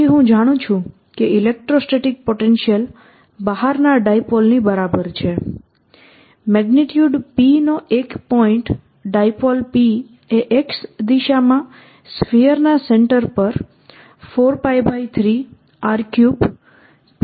પછી હું જાણું છું કે ઇલેક્ટ્રોસ્ટેટિક પોટેન્શિયલ બહારના ડાયપોલ ની બરાબર છે મેગ્નિટ્યુડ P નો એક પોઈન્ટ ડાયપોલ P એ x દિશામાં સ્ફીયરના સેન્ટર પર 4π3R3Px ના બરાબર છે